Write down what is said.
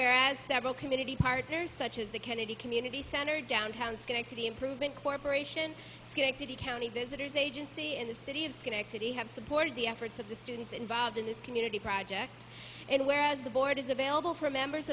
where as several community partners such as the kennedy community center downtown schenectady improvement corporation schenectady county visitors agency and the city of schenectady have supported the efforts of the students involved in this community project and whereas the board is available for members